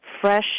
fresh